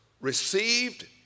received